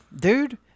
Dude